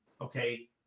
Okay